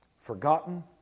forgotten